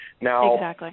Now